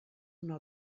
una